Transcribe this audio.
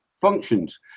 functions